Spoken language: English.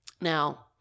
Now